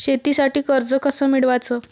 शेतीसाठी कर्ज कस मिळवाच?